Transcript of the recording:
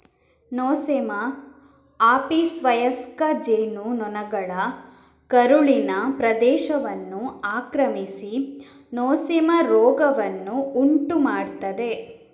Nosema ಆಪಿಸ್ವಯಸ್ಕ ಜೇನು ನೊಣಗಳ ಕರುಳಿನ ಪ್ರದೇಶವನ್ನು ಆಕ್ರಮಿಸಿ ನೊಸೆಮಾ ರೋಗವನ್ನು ಉಂಟು ಮಾಡ್ತದೆ